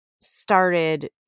started